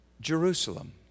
Jerusalem